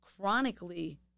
chronically